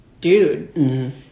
Dude